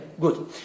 good